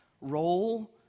role